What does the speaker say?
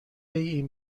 این